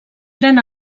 pren